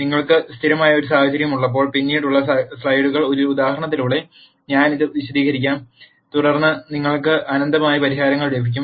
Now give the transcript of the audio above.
നിങ്ങൾക്ക് സ്ഥിരമായ ഒരു സാഹചര്യം ഉള്ളപ്പോൾ പിന്നീടുള്ള സ്ലൈഡുകളിൽ ഒരു ഉദാഹരണത്തിലൂടെ ഞാൻ ഇത് വിശദീകരിക്കും തുടർന്ന് നിങ്ങൾക്ക് അനന്തമായ പരിഹാരങ്ങൾ ലഭിക്കും